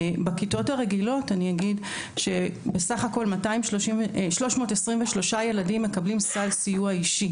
בכיתות הרגילות סך הכול 323 ילדים מקבלים סל סיוע אישי,